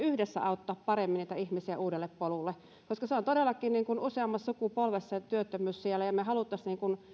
yhdessä auttaa paremmin näitä ihmisiä uudelle polulle se on todellakin useammassa sukupolvessa se työttömyys ja me haluaisimme